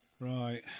Right